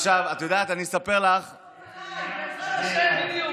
בעזרת השם.